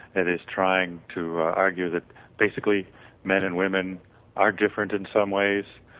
it is trying to argue that basically men and women are different in some ways,